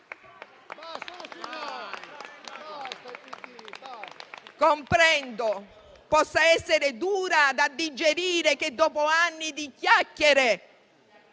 Comprendo che possa essere dura da digerire che, dopo anni di chiacchiere,